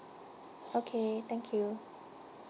okay thank you